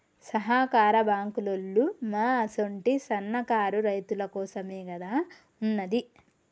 సహకార బాంకులోల్లు మా అసుంటి సన్నకారు రైతులకోసమేగదా ఉన్నది